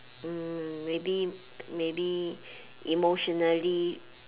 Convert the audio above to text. mm maybe maybe emotionally